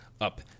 up